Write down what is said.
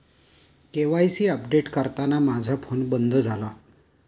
KYC update करताना माझा phone बंद झाला